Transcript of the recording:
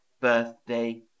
birthday